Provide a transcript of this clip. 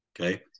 Okay